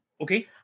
Okay